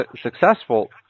successful